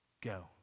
go